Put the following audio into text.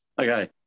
Okay